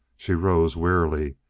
she rose, wearily,